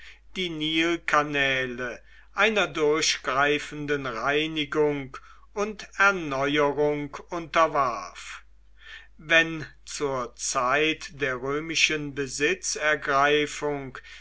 die nilkanäle einer durchgreifenden reinigung und erneuerung unterwarf wenn zur zeit der römischen besitzergreifung